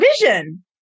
vision